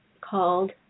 called